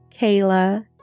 Kayla